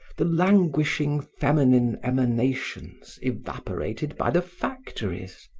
the languishing feminine emanations evaporated by the factories.